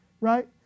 right